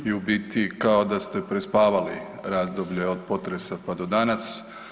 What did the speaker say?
Vi u biti kao da ste prespavali razdoblje od potresa pa do danas.